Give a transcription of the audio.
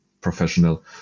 professional